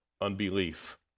unbelief